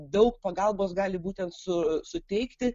daug pagalbos gali būtent su suteikti